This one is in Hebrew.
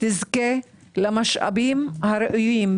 תזכה למשאבים הראויים,